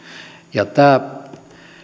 tämä